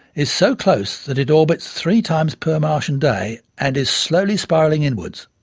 is so close that it orbits three times per martian day and is slowly spiralling inwards.